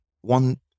one